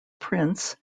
prince